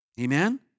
Amen